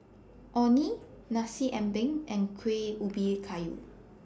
Orh Nee Nasi Ambeng and Kueh Ubi Kayu